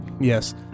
yes